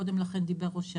קודם לכן דיבר ראש העירייה.